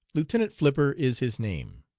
lieutenant flipper is his name.